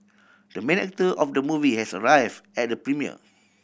the main actor of the movie has arrive at the premiere